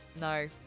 No